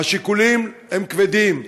השיקולים הם כבדים,